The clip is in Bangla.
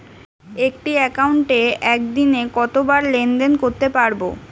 একটি একাউন্টে একদিনে কতবার লেনদেন করতে পারব?